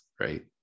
right